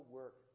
work